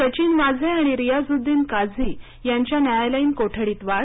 सचिन वाझे आणि रियाझुद्दीन काझी यांच्या न्यायालयीन कोठडीत वाढ